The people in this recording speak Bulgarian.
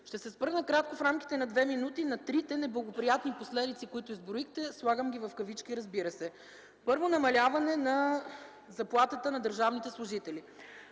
Ще се спра накратко, в рамките на две минути, на трите неблагоприятни последици, които изброихте. Слагам ги в кавички, разбира се. Първо, „намаляване на заплатата на държавните служители”.